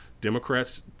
Democrats